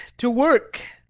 to work!